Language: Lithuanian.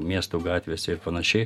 miestų gatvėse ir panašiai